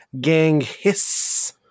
gang-hiss